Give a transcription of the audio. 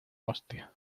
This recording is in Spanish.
hostia